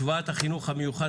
של השוואת החינוך המיוחד